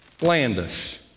Landis